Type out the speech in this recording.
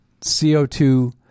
CO2